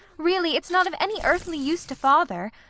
really it's not of any earthly use to father.